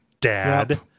dad